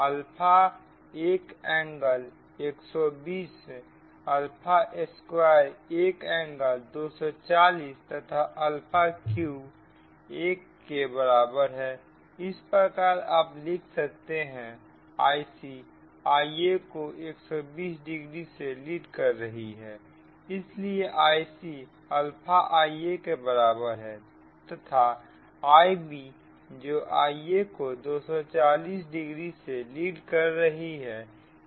alpha 1 angle 120 alpha square 1 angle 240 तथा alpha cube 1 के बराबर है इस प्रकार आप लिख सकते हैंIc Ia को 120 डिग्री से लीड कर रही है इसलिए Ic अल्फा Ia के बराबर है तथा Ib जो Ia को 240 डिग्री से लीड कर रही है